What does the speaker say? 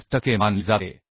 5 टक्के मानली जाते